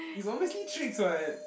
is obviously tricks what